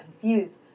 confused